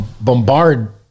bombard